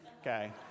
Okay